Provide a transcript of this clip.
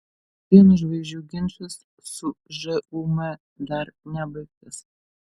pieno žvaigždžių ginčas su žūm dar nebaigtas